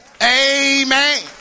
Amen